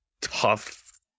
tough